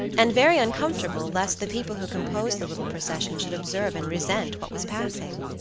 and very uncomfortable, lest the people who composed the little procession should observe and resent what was passing.